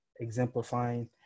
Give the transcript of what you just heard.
exemplifying